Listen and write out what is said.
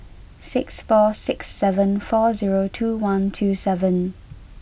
six four six seven four zero two one two seven